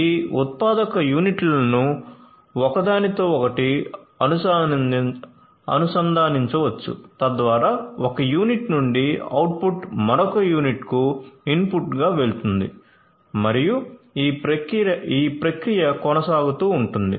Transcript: ఈ ఉత్పాదక యూనిట్లను ఒకదానితో ఒకటి అనుసంధానించవచ్చు తద్వారా ఒక యూనిట్ నుండి అవుట్పుట్ మరొక యూనిట్కు ఇన్పుట్గా వెళుతుంది మరియు ఈ ప్రక్రియ కొనసాగుతూ ఉంటుంది